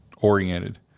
oriented